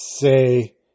say